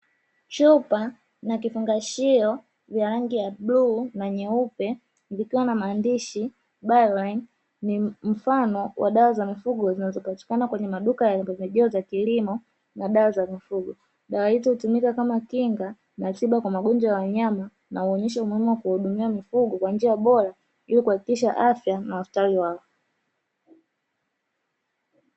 Chupa na kifungashio vya rangi ya bluu na nyeupe vikiwa na maandishi bioline ni mfano wa dawa za mifugo zinazopatikana kwenye maduka ya pembejeo za kilimo na dawa za mifugo, dawa hizo hutumika kama kinga na tiba kwa magonjwa ya wanyama na huonyesha umuhimu wa kuhudumia mifugo kwa njia bora ilikudumisha afya na ustawi wao.